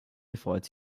gefreut